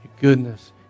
goodness